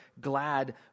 glad